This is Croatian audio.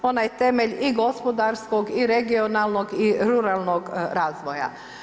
Onaj temelj i gospodarskog i regionalnog i ruralnog razvoja.